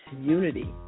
unity